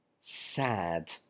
sad